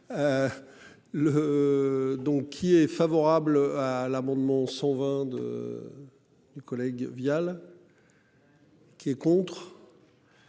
il est favorable à l'amendement 120 de. Du collègue Vial. Qui est contre.